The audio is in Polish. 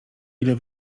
ile